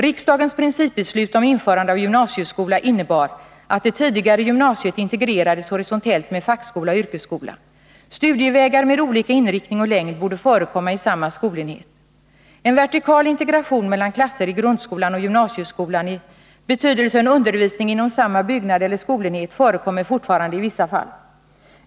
Riksdagens principbeslut om införande av gymnasieskola innebar att det tidigare gymnasiet integrerades horisontellt med fackskola och yrkesskola. Studievägar med olika inriktning och längd borde förekomma i samma skolenhet. En vertikal integration mellan klasser i grundskolan och gymnasieskolan i betydelsen undervisning inom samma byggnad eller skolenhet förekommer fortfarande i vissa fall.